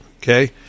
okay